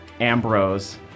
Ambrose